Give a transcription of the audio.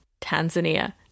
Tanzania